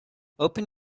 open